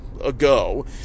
ago